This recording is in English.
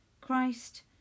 Christ